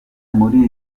muri